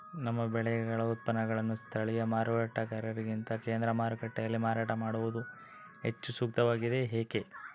ನಮ್ಮ ಬೆಳೆಗಳ ಉತ್ಪನ್ನಗಳನ್ನು ಸ್ಥಳೇಯ ಮಾರಾಟಗಾರರಿಗಿಂತ ಕೇಂದ್ರ ಮಾರುಕಟ್ಟೆಯಲ್ಲಿ ಮಾರಾಟ ಮಾಡುವುದು ಹೆಚ್ಚು ಸೂಕ್ತವಾಗಿದೆ, ಏಕೆ?